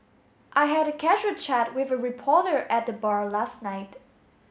I had a casual chat with a reporter at the bar last night